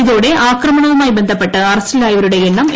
ഇതോടെ ആക്രമണവുമായി ബന്ധപ്പെട്ട് അറസ്റ്റിലായവരുടെ എണ്ണം എട്ടായി